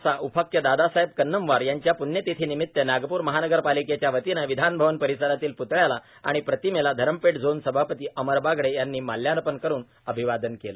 सां उपाख्य दादासाहेब कन्नमवार यांच्या प्ण्यतिथीनिमित नागप्र महानगरपालिकेच्या वतीने विधानभवन परिसरातील प्तळ्याला आणि प्रतिमेला धरमपेठ झोन सभापती अमर बागडे यांनी माल्यार्पण करून अभिवादन केले